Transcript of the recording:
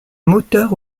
moteur